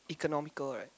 economical right